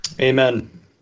Amen